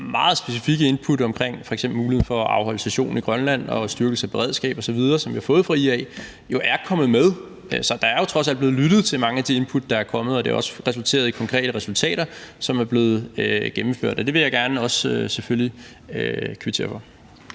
meget specifikke input omkring f.eks. muligheden for at afholde session i Grønland og en styrkelse af beredskabet osv. – er kommet med. Så der er jo trods alt blevet lyttet til mange af de input, der er kommet, og det har også resulteret i konkrete resultater, som er blevet gennemført, og det vil jeg selvfølgelig også gerne kvittere for.